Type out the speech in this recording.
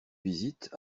visite